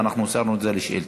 ואנחנו הוספנו את זה לשאילתות.